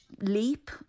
leap